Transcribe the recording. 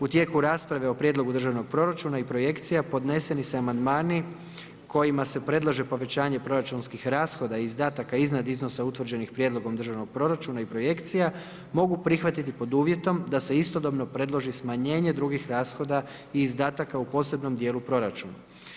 U tijeku rasprave o prijedlogu državnog proračuna i projekcija podneseni se amandmani kojima se predlaže povećanje proračunskih rashoda i izdataka iznad iznosa utvrđenih prijedlogom državnog proračuna i projekcija, mogu prihvatiti pod uvjetom da se istodobno predloži smanjenje drugih rashoda i izdataka u posebnom djelu proračuna.